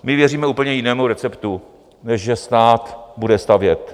My věříme úplně jinému receptu, než že stát bude stavět.